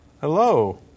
Hello